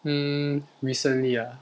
mm recently ah